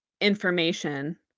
information